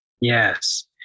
Yes